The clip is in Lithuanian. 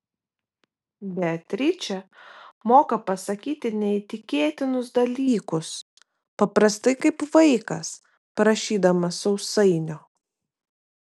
beatričė moka pasakyti neįtikėtinus dalykus paprastai kaip vaikas prašydamas sausainio